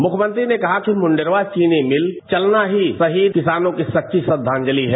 मुख्यमंत्री ने कहा कि मुंडेरवा चीनी मिल चलना ही शहीद किसानों को सच्ची श्रद्वांजलि है